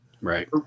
Right